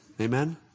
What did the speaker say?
Amen